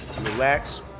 relax